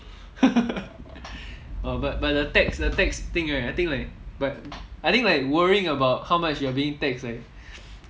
!wah! but but the tax the tax thing right I think like but I think like worrying about how much you are being taxed is like